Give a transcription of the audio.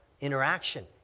interaction